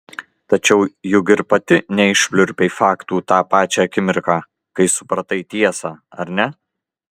tačiau juk ir pati neišpliurpei faktų tą pačią akimirką kai supratai tiesą ar ne